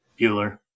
Bueller